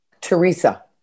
Teresa